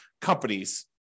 companies